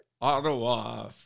Ottawa